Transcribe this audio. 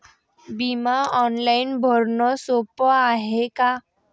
बिमा ऑनलाईन भरनं सोप हाय का?